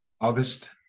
August